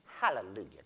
Hallelujah